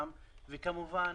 כמובן